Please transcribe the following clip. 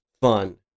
fun